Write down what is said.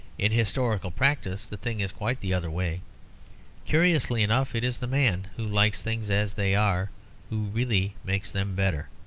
in historical practice the thing is quite the other way curiously enough, it is the man who likes things as they are who really makes them better.